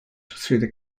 through